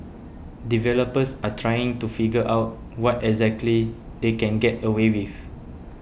developers are still trying to figure out what exactly they can get away with